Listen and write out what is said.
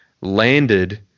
landed